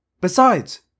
Besides